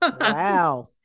Wow